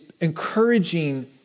encouraging